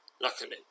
Luckily